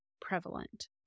prevalent